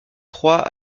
trois